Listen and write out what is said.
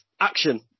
Action